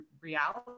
reality